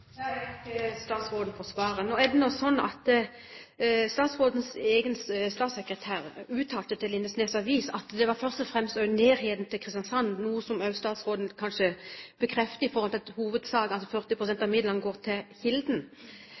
Jeg takker statsråden for svaret. Nå er det nå sånn at statsrådens egen statssekretær uttalte til Lindesnes avis at det først og fremst også var nærheten til Kristiansand – noe som statsråden kanskje også bekrefter i forhold til at 40 pst. av midlene går til Kilden.